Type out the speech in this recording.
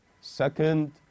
second